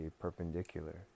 perpendicular